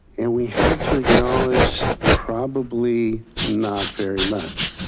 and we had to acknowledge probably not very much.